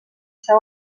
seu